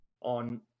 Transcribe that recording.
on